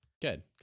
Good